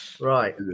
right